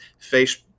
Facebook